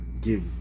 give